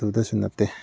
ꯑꯗꯨꯗꯁꯨ ꯅꯠꯇꯦ